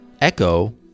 Echo